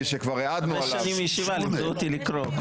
חמש שנים בישיבה לימדו אותי לקרוא.